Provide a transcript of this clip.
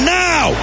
now